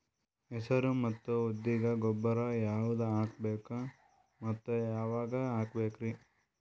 ಹೆಸರು ಮತ್ತು ಉದ್ದಿಗ ಗೊಬ್ಬರ ಯಾವದ ಹಾಕಬೇಕ ಮತ್ತ ಯಾವಾಗ ಹಾಕಬೇಕರಿ?